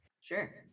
Sure